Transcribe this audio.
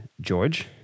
George